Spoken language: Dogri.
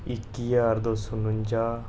इक्की ज्हार दो सौ नुंजा